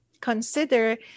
consider